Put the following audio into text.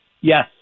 Yes